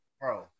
Bro